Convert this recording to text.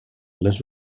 les